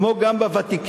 כמו גם בוותיקים.